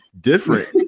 different